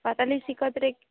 ପାତାଲି Shrikshetra